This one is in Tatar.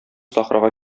сахрага